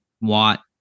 Watt